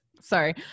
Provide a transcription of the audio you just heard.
sorry